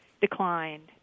declined